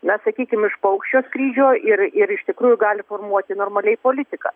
na sakykim iš paukščio skrydžio ir ir iš tikrųjų gali formuoti normaliai politiką